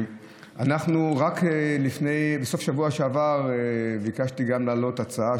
רק בסוף השבוע שעבר ביקשתי גם להעלות הצעה